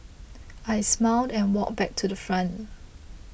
I smiled and walked back to the front